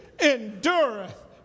endureth